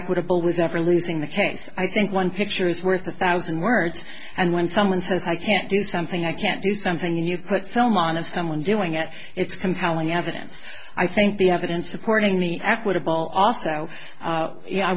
equitable was after losing the case i think one picture is worth a thousand words and when someone says i can't do something i can't do something you put film on of someone doing it it's compelling evidence i think the evidence supporting the equitable also